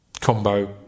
combo